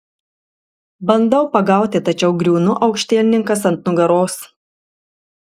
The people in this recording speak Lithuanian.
bandau pagauti tačiau griūnu aukštielninkas ant nugaros